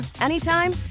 anytime